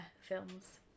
films